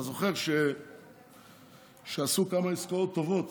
אתה זוכר שעשו כמה עסקאות טובות